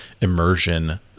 immersion